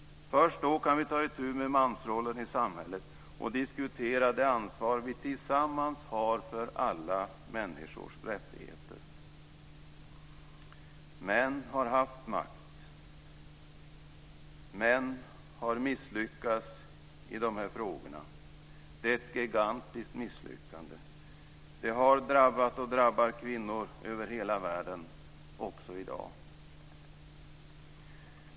Först då kan vi ta itu med mansrollen i samhället och diskutera det ansvar vi tillsammans har för alla människors rättigheter. Män har haft makt, och män har misslyckats i de här frågorna. Det är ett gigantiskt misslyckande. Det har drabbat och drabbar kvinnor över hela världen också i dag.